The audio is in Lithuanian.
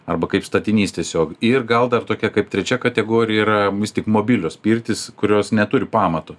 arba kaip statinys tiesiog ir gal dar tokia kaip trečia kategorija yra vis tik mobilios pirtys kurios neturi pamato